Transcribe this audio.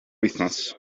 wythnos